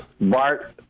Bart